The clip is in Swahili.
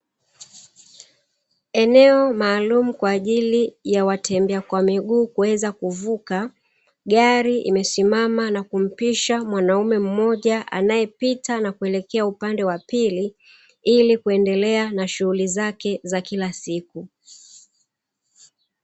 Eneo maalumu kwa ajili ya watembea kwa miguu kuweza kuvuka, gari imesimama na kumpisha mwanaume mmoja anayepita na kuelekea upande wa pili ili kuendelea na shughuli zake za kila siku.